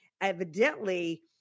evidently